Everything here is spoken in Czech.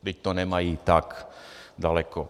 Vždyť to nemají tak daleko.